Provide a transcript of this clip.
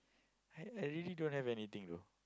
I I really don't have anything though